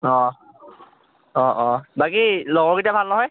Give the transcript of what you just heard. অ অ অ বাকী লগৰকেইটাৰ ভাল নহয়